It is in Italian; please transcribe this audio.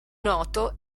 noto